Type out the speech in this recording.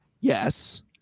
yes